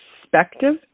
perspective